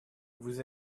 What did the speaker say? vous